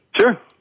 Sure